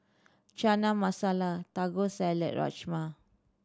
Chana Masala Taco Salad Rajma